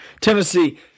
Tennessee